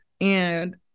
And-